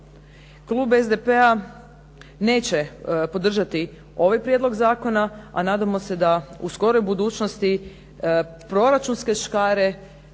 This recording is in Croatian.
klub SDP-a neće podržati ovaj prijedlog zakona, a nadamo se da u skoroj budućnosti proračunske škare,